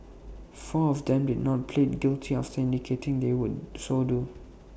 four of them did not plead guilty after indicating they would so do